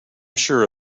sure